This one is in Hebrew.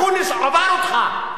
אקוניס עבר אותך.